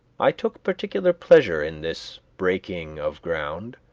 i took particular pleasure in this breaking of ground,